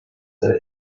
that